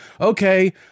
okay